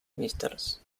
mrs